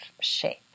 shape